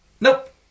Nope